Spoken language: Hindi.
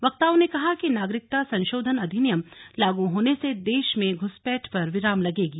वक्ताओं ने कहा कि नागरिकता संशोधन अधिनियम लागू होने से देश में घु्सपैठ पर विराम लगेगी